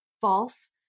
false